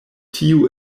tiu